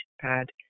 pad